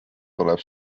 tuleb